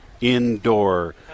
indoor